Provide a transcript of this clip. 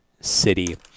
city